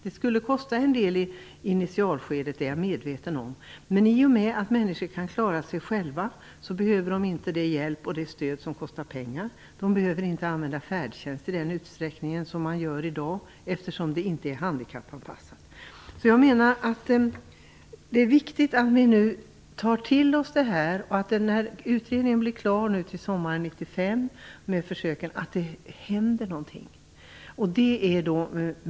Det skulle kosta en del i initialskedet, men i och med att människor kan klara sig själva behöver de inte den hjälp och det stöd som kostar pengar. De behöver inte använda färdtjänst i samma utsträckning som de gör i dag, när samhället inte är handikappanpassat. Det är viktigt att vi nu tar till oss det här och att vi när utredningen blir klar sommaren 1995 ser till att det händer någonting.